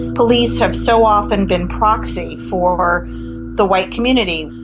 police have so often been proxy for the white community.